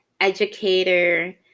educator